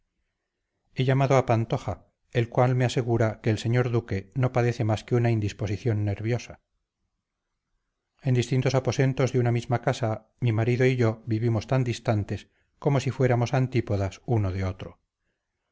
llamado a pantoja el cual me asegura que el señor duque no padece más que una indisposición nerviosa en distintos aposentos de una misma casa mi marido y yo vivimos tan distantes como si fuéramos antípodas uno de otro